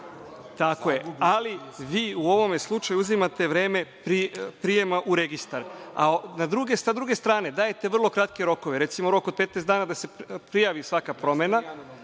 prijave, ali vi u ovom slučaju uzimate vreme prijema u registar. Sa druge strane, dajete vrlo kratke rokove, recimo, rok od 15 dana da se prijavi svaka promena,